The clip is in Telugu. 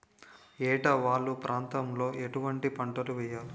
ఏటా వాలు ప్రాంతం లో ఎటువంటి పంటలు వేయాలి?